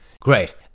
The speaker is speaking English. Great